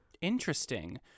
interesting